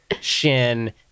shin